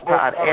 God